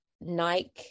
Nike